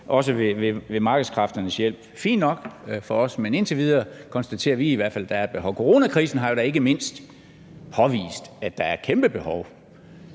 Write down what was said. også ved markedskræfternes hjælp. Fint nok med os, men indtil videre konstaterer vi i hvert fald, at der er et behov. Coronakrisen har jo da ikke mindst påvist, at der er et kæmpebehov